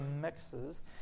mixes